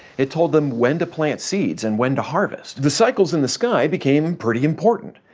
it told them when to plant seeds, and when to harvest. the cycles in the sky became pretty important.